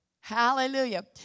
Hallelujah